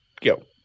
go